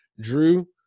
drew